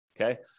okay